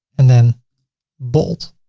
and then bold